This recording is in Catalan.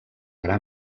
gra